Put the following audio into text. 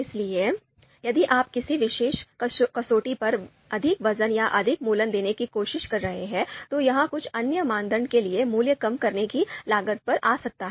इसलिए यदि आप किसी विशेष कसौटी पर अधिक वज़न या अधिक मूल्य देने की कोशिश कर रहे हैं तो यह कुछ अन्य मानदंड के लिए मूल्य कम करने की लागत पर आ सकता है